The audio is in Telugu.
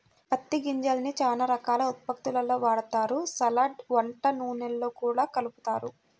పత్తి గింజల్ని చానా రకాల ఉత్పత్తుల్లో వాడతారు, సలాడ్, వంట నూనెల్లో గూడా కలుపుతారు